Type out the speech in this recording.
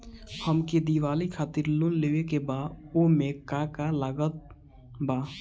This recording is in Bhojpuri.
हमके दिवाली खातिर लोन लेवे के बा ओमे का का लागत बा?